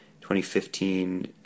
2015 –